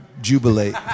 jubilate